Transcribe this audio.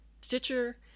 Stitcher